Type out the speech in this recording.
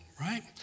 right